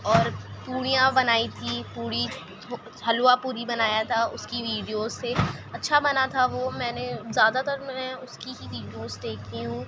اور پوڑیاں بنائی تھی پوڑی حلوہ پوڑی بنایا تھا اس کی ویڈیوز سے اچھا بنا تھا وہ میں نے زیادہ تر میں نے اس کی ہی ویڈیوز دیکھتی ہوں